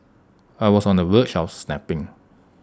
I was on the verge of snapping